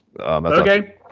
Okay